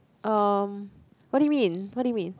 um what you mean what you mean